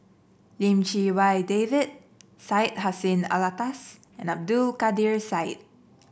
Lim Chee Wai David Syed Hussein Alatas and Abdul Kadir Syed